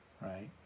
right